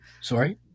Sorry